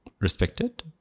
respected